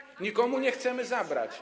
Nikomu nie chcemy nic zabrać.